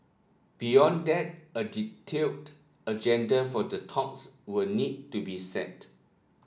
beyond that a detailed agenda for the talks will need to be set